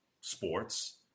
sports